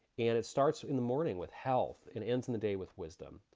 and it starts in the morning with health and ends in the day with wisdom.